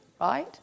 Right